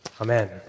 Amen